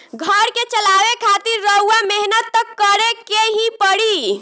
घर के चलावे खातिर रउआ मेहनत त करें के ही पड़ी